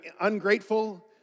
ungrateful